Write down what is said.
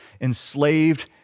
enslaved